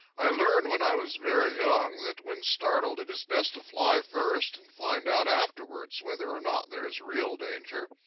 i learned when i was very young that when startled it is best to fly first and find out afterwards whether or not there is real danger.